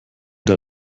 der